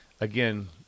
Again